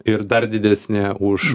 ir dar didesnė už